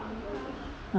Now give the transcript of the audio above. ah